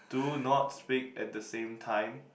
do not speak at the same time